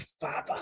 Father